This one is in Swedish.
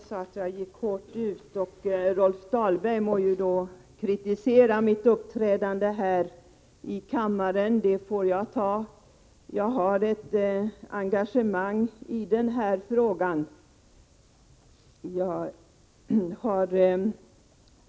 Herr talman! Rolf Dahlberg sade att jag gick ut hårt, och han må kritisera mitt uppträdande här i kammaren — det får jag ta. Jag har ett engagemang i den här frågan.